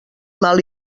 mal